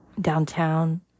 downtown